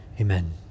amen